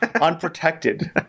Unprotected